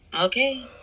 Okay